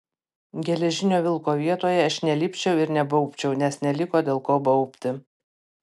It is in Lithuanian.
geležinio vilko vietoje aš nelipčiau ir nebaubčiau nes neliko dėl ko baubti